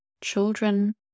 children